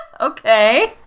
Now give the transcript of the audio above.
Okay